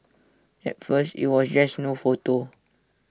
at first IT was just no photos